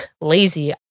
lazy